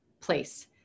place